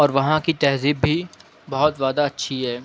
اور وہاں کی تہذیب بھی بہت زیادہ اچھی ہے